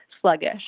sluggish